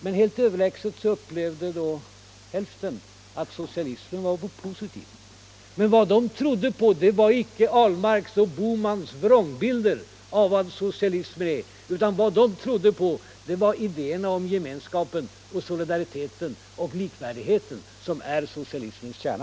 Men helt överlägset upplevde då hälften att socialismen var något positivt. Vad de trodde på var icke herr Ahlmarks och herr Bohmans vrångbilder av vad socialismen är, utan vad de trodde på var idéerna om gemenskapen, solidariteten och likvärdigheten, som är socialismens kärna.